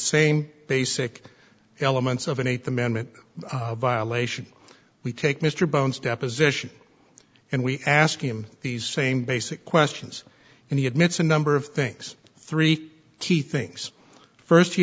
same basic elements of an eighth amendment violation we take mr bones deposition and we ask him these same basic questions and he admits a number of things three key things first he